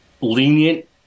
lenient